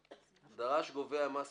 "דרש גובה המס